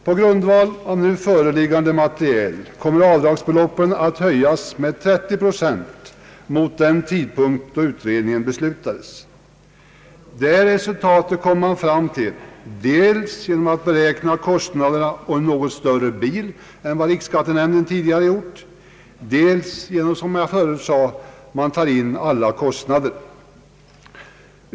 På grundval av nu föreliggande material kommer avdragsbeloppen att höjas med 30 procent jämfört med den tidpunkt då utredningen beslutades. Detta resultat uppnåddes dels genom att beräkna kostnaderna för en något större bil än vad riksskattenämnden tidigare gjort, dels genom att — som jag tidigare sade — ta med alla kostnader.